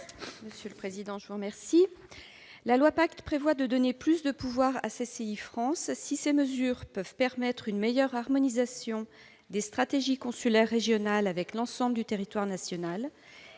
Martine Berthet. Le présent projet de loi prévoit de donner plus de pouvoirs à CCI France. Si ces mesures peuvent permettre une meilleure harmonisation des stratégies consulaires régionales avec l'ensemble du territoire national,